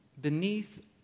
Beneath